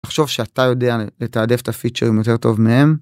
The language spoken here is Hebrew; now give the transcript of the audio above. תחשוב שאתה יודע לתעדף את הפיצ'רים יותר טוב מהם.